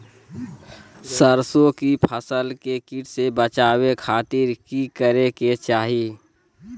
सरसों की फसल के कीट से बचावे खातिर की करे के चाही?